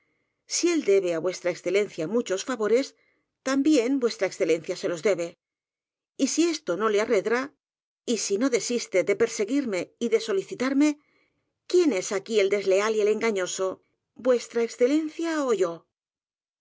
si él debe á v e muchos favores también v e se los debe y si esto no le arredra y si no desiste de perseguirme y de solicitarme quién es aquí el desleal y el engañoso v